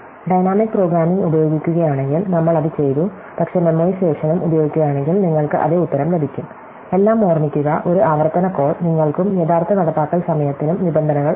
dynamic programming ഉപയോഗിക്കുകയാണെങ്കിൽ നമ്മൾ അത് ചെയ്തു പക്ഷേ മെമ്മോയിസേഷനും ഉപയോഗിക്കുകയാണെങ്കിൽ നിങ്ങൾക്ക് അതേ ഉത്തരം ലഭിക്കും എല്ലാം ഓർമിക്കുക ഒരു ആവർത്തന കോൾ നിങ്ങൾക്കും യഥാർത്ഥ നടപ്പാക്കൽ സമയത്തിനും നിബന്ധനകൾ ഉണ്ട്